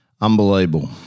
Unbelievable